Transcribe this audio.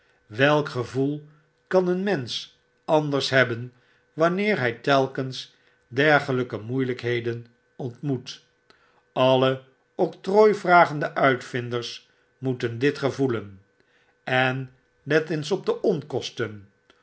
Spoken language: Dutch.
welk gevoel kan een mensch anders hebben wanneer hij telkens dergelijke moeielijkheden ontmoet alle octrooi vragende uitvinders m o e t e n dit gevoelen en let eens op de onkosten